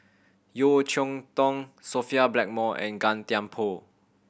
Yeo Cheow Tong Sophia Blackmore and Gan Thiam Poh